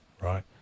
right